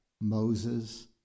Moses